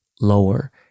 lower